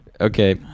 Okay